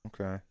Okay